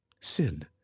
sin